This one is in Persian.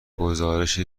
گزارش